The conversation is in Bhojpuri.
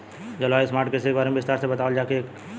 जलवायु स्मार्ट कृषि के बारे में विस्तार से बतावल जाकि कइसे होला?